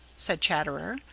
said chatterer.